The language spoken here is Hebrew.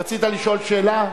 רצית לשאול שאלה?